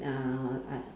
uh uh